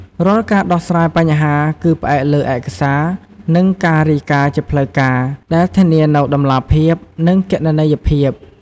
រាល់ការដោះស្រាយបញ្ហាគឺ ផ្អែកលើឯកសារ និងការរាយការណ៍ជាផ្លូវការ ដែលធានានូវតម្លាភាព និងគណនេយ្យភាព។